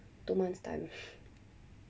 two months time